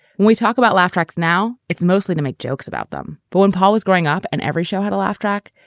when we talk about laugh tracks now it's mostly to make jokes about them but when paul was growing up and every show had a laugh track,